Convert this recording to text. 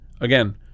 Again